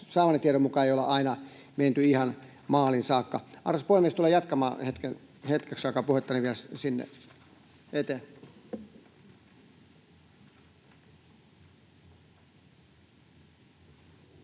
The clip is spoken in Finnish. saamani tiedon mukaan ei olla aina menty ihan maaliin saakka. Arvoisa puhemies! Tulen jatkamaan hetkeksi aikaa puhettani vielä sinne eteen.